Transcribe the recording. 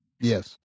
yes